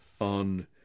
on